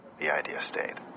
the idea stayed.